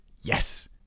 Yes